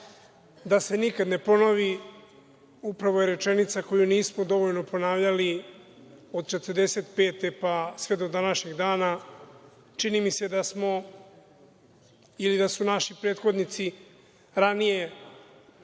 da se nikad ne ponovi, upravo je rečenica koju nismo dovoljno ponavljali od 1945. godine, pa sve do današnjih dana. Čini mi se da su naši prethodnici ranije